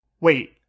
Wait